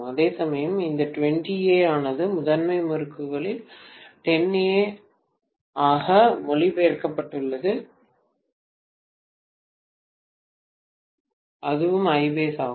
அதேசமயம் இந்த 20 A ஆனது முதன்மை முறுக்குகளில் 10 A ஆக மொழிபெயர்க்கப்பட்டுள்ளது அதுவும் ஐபேஸ் ஆகும்